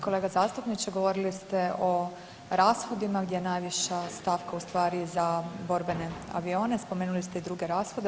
Kolega zastupniče, govorili ste o rashodima gdje je najviša stavka u stvari za borbene avione, spomenuli ste i druge rashode.